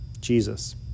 Jesus